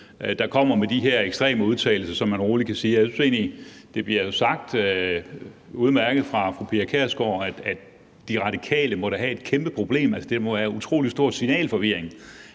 der kommer med de her ekstreme udtalelser, som man rolig kan sige det er. Og jeg synes jo egentlig, det bliver sagt udmærket af fru Pia Kjærsgaard, altså at De Radikale da må have et kæmpe problem. Der må jo være en utrolig stor signalforvirring.